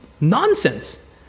nonsense